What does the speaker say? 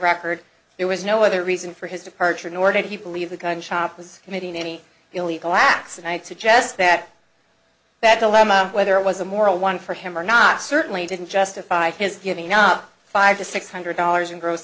record there was no other reason for his departure nor did he believe the gun shop was committing any illegal acts and i would suggest that that dilemma whether it was a moral one for him or not certainly didn't justify his giving up five to six hundred dollars in gross